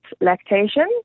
Lactation